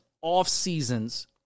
off-seasons